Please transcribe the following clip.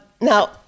Now